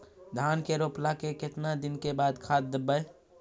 धान के रोपला के केतना दिन के बाद खाद देबै?